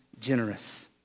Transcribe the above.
generous